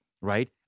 right